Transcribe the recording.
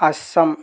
Assam